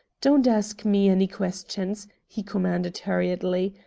don't ask me any questions, he commanded hurriedly.